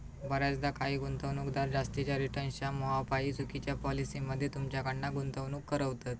बऱ्याचदा काही गुंतवणूकदार जास्तीच्या रिटर्न्सच्या मोहापायी चुकिच्या पॉलिसी मध्ये तुमच्याकडना गुंतवणूक करवतत